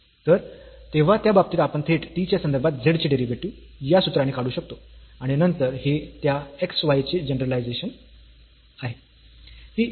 तर तेव्हा त्या बाबतीत आपण थेट t च्या संदर्भात z चे डेरिव्हेटिव्ह या सूत्राने काढू शकतो आणि नंतर हे त्या x आणि y चे जनरलायझेशन आहे